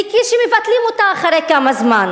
וכשמבטלים אותה אחרי כמה זמן,